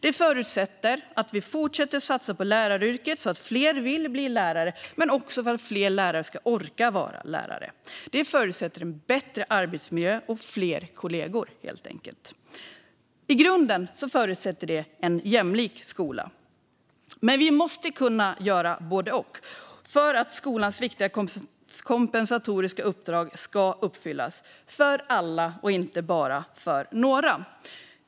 Det förutsätter att vi fortsätter att satsa på läraryrket, så att fler vill bli lärare men också för att fler lärare ska orka vara lärare. Det förutsätter en bättre arbetsmiljö och fler kollegor, helt enkelt. I grunden förutsätter det en jämlik skola. Men vi måste kunna göra både och för att skolans viktiga kompensatoriska uppdrag ska uppfyllas för alla och inte bara för några.